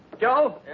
Joe